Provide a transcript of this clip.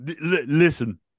Listen